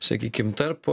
sakykim tarp